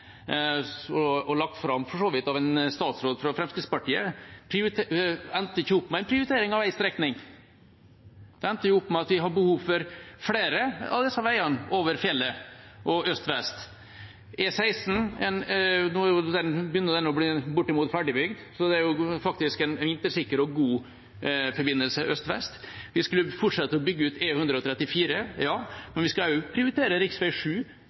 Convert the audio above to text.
salen og lagt fram av en statsråd fra Fremskrittspartiet, endte ikke opp med en prioritering av én strekning. Den endte opp med at det var behov for flere av disse veiene over fjellet øst–vest. E16 begynner å bli bortimot ferdigbygd. Det er en vintersikker og god forbindelse øst–vest. Vi skulle fortsette å bygge ut E134, ja, men vi skulle også prioritere